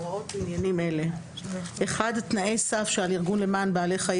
הוראות בעניינים אלה: תנאי סף שעל ארגון למען בעלי חיים